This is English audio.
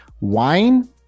wine